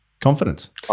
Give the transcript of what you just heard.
confidence